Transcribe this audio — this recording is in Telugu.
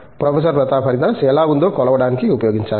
ప్రొఫెసర్ ప్రతాప్ హరిదాస్ ఎలా ఉందో కొలవడానికి ఉపయోగించాలి